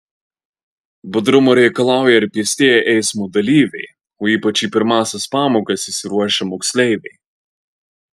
budrumo reikalauja ir pėstieji eismo dalyviai o ypač į pirmąsias pamokas išsiruošę moksleiviai